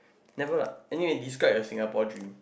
never lah anywhere describe your Singapore dream